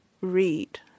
read